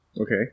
Okay